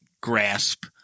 grasp